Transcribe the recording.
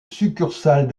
succursale